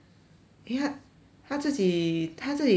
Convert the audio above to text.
因为她她自己她自己从